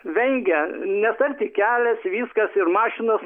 vengia nes ten tik kelias viskas ir mašinos